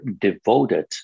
devoted